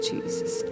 Jesus